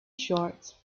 short